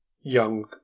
young